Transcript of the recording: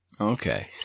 Okay